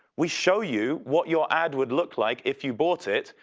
we show you what your ad would look like if you bought it,